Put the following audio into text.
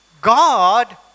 God